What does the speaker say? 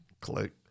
Click